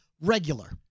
regular